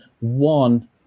one